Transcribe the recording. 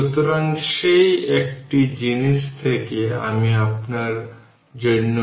সুতরাং এটি একটি ইকুইভ্যালেন্ট সার্কিট এবং Ceq C1 C2 C3 CN পর্যন্ত